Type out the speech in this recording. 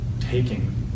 taking